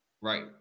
Right